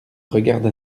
regarde